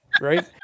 right